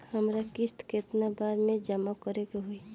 हमरा किस्त केतना बार में जमा करे के होई?